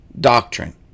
doctrine